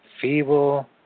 feeble